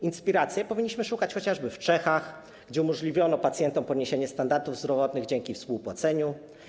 Inspiracji powinniśmy szukać chociażby w Czechach, gdzie umożliwiono pacjentom podwyższenie standardów zdrowotnych dzięki współpłaceniu.